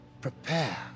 Prepare